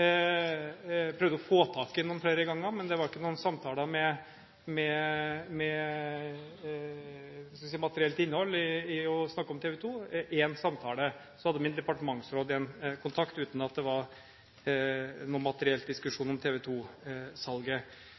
jeg prøvde å få tak i ham noen flere ganger – men det var ikke noen samtale med materielt innhold i forhold til å snakke om TV 2. Det var én samtale. Så hadde min departementsråd en kontakt uten at det var noen diskusjon materielt om